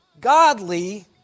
godly